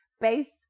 Based